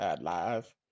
live